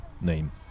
name